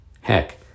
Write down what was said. Heck